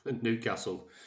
Newcastle